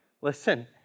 Listen